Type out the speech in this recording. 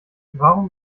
warum